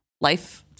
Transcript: life